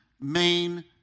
main